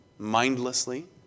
mindlessly